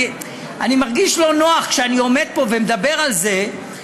אני מרגיש לא נוח כשאני עומד פה ומדבר על זה,